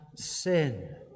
sin